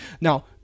Now